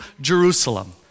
Jerusalem